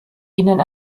ihnen